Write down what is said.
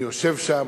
אני יושב שם.